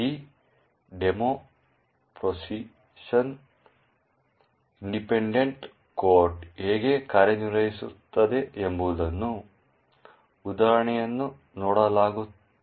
ಈ ಡೆಮೊದಲ್ಲಿ position independent code ಹೇಗೆ ಕಾರ್ಯನಿರ್ವಹಿಸುತ್ತದೆ ಎಂಬುದಕ್ಕೆ ಉದಾಹರಣೆಯನ್ನು ನೋಡಲಾಗುತ್ತದೆ